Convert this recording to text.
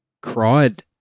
cried